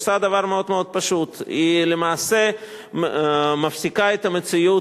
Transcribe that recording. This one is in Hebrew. עושה דבר פשוט: היא למעשה מפסיקה את המציאות